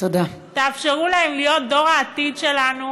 תאפשרו להם להיות דור העתיד שלנו